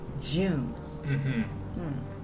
June